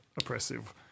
oppressive